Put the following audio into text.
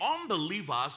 unbelievers